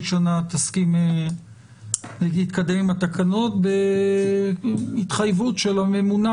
שנה ושנה תסכים להתקדם עם התקנות בהתחייבות של הממונה